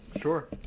Sure